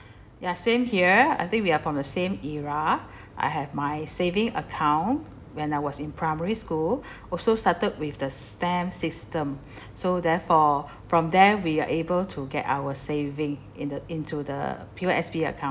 ya same here I think we are from the same era I have my saving account when I was in primary school also started with the stamp system so therefore from there we are able to get our saving in the into the P_O_S_B account